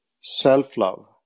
self-love